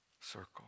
circle